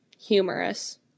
humorous